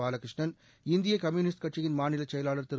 பாலகிருஷ்ணன் இந்திய கம்யூனிஸ்ட் கட்சியின் மாநிலச் செயலாளர் திரு